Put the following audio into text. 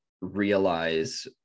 realize